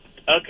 Okay